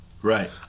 Right